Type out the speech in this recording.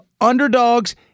underdogs